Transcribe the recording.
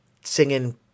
singing